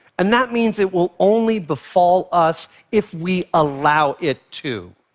and that means it will only befall us if we allow it to.